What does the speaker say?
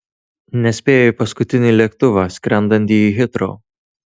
nespėjo į paskutinį lėktuvą skrendantį į hitrou